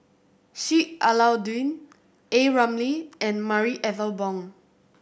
Sheik Alau'ddin A Ramli and Marie Ethel Bong